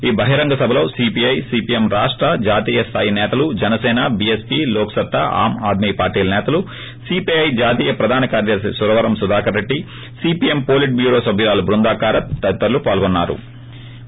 ఈ బహిరంగ సభలో సీపీఐ సీపీఎం రాష్ట జాతీయ స్థాయి నేతలు జనసీన బీఎస్పీ లోక్సత్తా ఆమ్ఆద్మీ పార్టీ నేతలు సీపీఐ జాతీయ ప్రధాన కార్యదర్శి Suravaram Sudhakar Reddy CPM polit bureau సభ్యురాలు బృందా కారత్ తదితరులు పాల్గొన్నారు